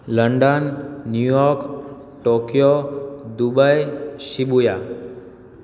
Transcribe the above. London New York Tokyo Dubai Shibuya